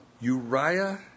Uriah